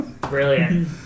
Brilliant